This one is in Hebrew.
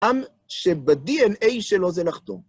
עם שבד.נ.א שלו זה לחטוא.